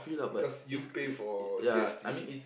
because you pay for G_S_T